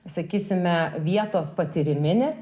sakysime vietos patyriminį